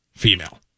female